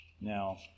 Now